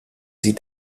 sie